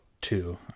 two